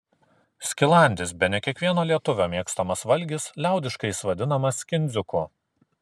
skilandis bene kiekvieno lietuvio mėgstamas valgis liaudiškai jis vadinamas kindziuku